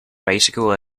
bicycle